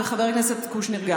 חבר הכנסת קושניר,